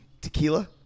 tequila